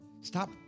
Stop